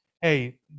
Hey